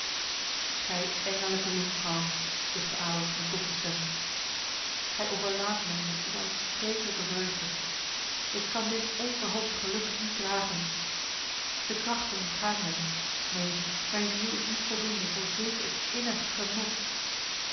gij engellijke jonkvrouw zuchtte adolf met doffe stem gij overlaadt mij met onuitsprekelijke vreugde ik kan dit onverhoopt geluk niet dragen de krachten ontgaan mij neen mijn ziel is niet voldoende voor zulk een innig genot